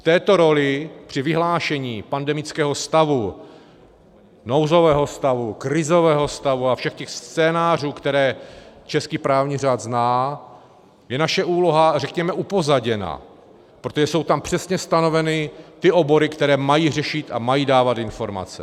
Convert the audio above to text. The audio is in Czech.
V této roli při vyhlášení pandemického stavu, nouzového stavu, krizového stavu a všech těch scénářů, které český právní řád zná, je naše úloha, řekněme, upozaděna, protože jsou tam přesně stanoveny ty obory, které mají řešit a mají dávat informace.